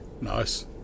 Nice